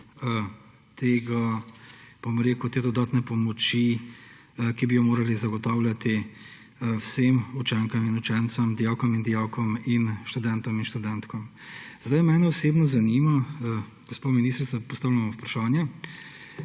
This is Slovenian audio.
največji problem te dodatne pomoči, ki bi jo morali zagotavljati vsem učenkam in učencem, dijakom in dijakinjam ter študentom in študentkam. Sedaj mene osebno zanima, gospa ministrica, postavljam vam vprašanje: